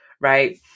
right